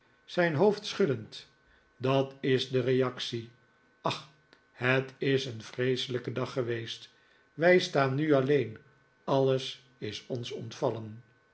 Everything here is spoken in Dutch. zijn hoofd schuddend dat is de reactie ach het is een vreeselijke dag geweest wij staan nu alleen alles is ons ontvallen